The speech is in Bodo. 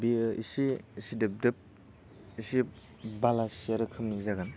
बेयो एसे सिदोब दोब एसे बालासिया रोखोमनि जागोन